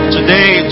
Today